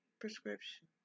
prescription